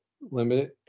limited